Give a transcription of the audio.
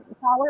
power